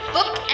Book